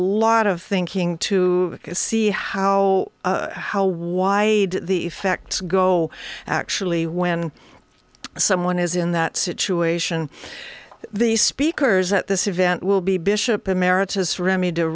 lot of thinking to see how how wide the effects go actually when someone is in that situation the speakers at this event will be bishop emeritus remy to